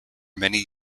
many